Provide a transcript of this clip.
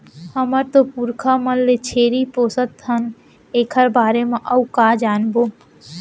हमर तो पुरखा मन ले छेरी पोसत हन एकर बारे म अउ का जानबो?